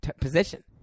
position